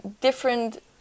different